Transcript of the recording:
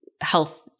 health